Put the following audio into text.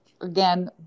again